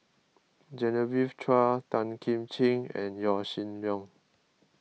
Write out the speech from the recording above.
Genevieve Chua Tan Kim Ching and Yaw Shin Leong